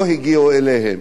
לא הגיעו אליהם.